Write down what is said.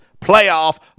playoff